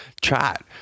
chat